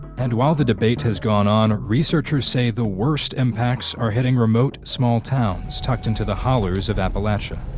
and while the debate has gone on, researchers say the worst impacts are hitting remote small towns tucked into the hollers of appalachia.